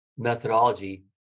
Methodology